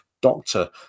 doctor